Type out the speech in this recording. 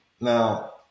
Now